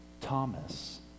Thomas